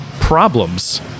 problems